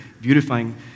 beautifying